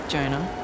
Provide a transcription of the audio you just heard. Jonah